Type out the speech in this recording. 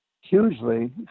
hugely